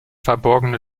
verborgene